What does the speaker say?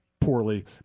poorly